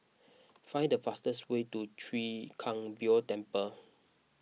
find the fastest way to Chwee Kang Beo Temple